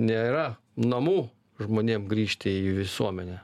nėra namų žmonėm grįžti į visuomenę